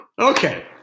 Okay